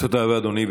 תודה רבה, אדוני.